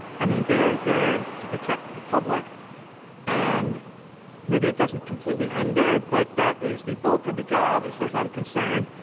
i mean they are there to protect the public and maybe it doesn't completely end there, but that is the bulk of the job, as far as i'm concerned.